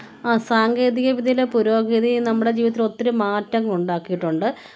ആ സാങ്കേതിക വിദ്യയിലെ പുരോഗതി നമ്മുടെ ജീവിതത്തിൽ ഒത്തിരി മാറ്റം ഉണ്ടാക്കിയിട്ടുണ്ട്